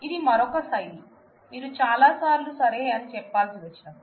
ఇది మరొక శైలి మీరు చాలాసార్లు సరే అని చెప్పాల్సి వచ్చినప్పుడు